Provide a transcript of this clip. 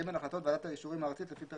(ג) החלטות ועדת האישורים הארצית לפי פרק